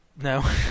no